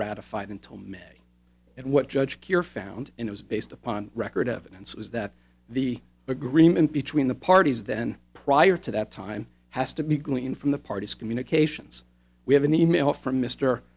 ratified until may and what judge cure found it was based upon record evidence was that the agreement between the parties then prior to that time has to be gleaned from the parties communications we have an e mail from m